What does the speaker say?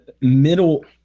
Middle